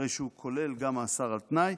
הרי שהוא כולל גם מאסר על תנאי.